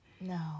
No